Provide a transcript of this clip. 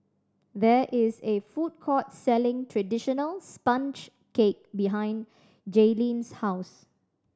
there is a food court selling traditional sponge cake behind Jaylyn's house